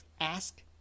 ask